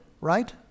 right